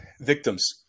victims